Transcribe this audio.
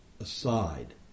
aside